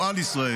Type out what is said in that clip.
או על ישראל.